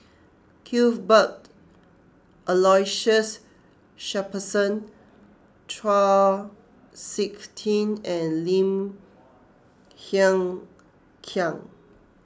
Cuthbert Aloysius Shepherdson Chau Sik Ting and Lim Hng Kiang